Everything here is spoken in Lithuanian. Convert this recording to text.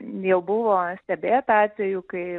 jau buvo stebėta atvejų kai